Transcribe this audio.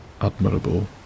admirable